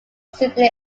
simply